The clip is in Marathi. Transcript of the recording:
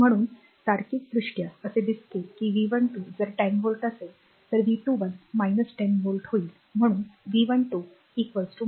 म्हणून तार्किकदृष्ट्या असे दिसते की V12 जर 10 volt व्होल्ट असेल तर V21 10 voltव्होल्ट होईल म्हणून V12 V21